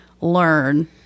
learn